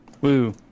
woo